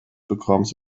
becomes